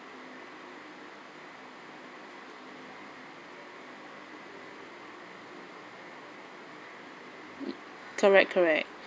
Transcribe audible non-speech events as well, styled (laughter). correct correct (breath)